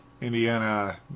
Indiana